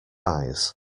eyes